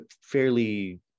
fairly